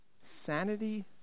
sanity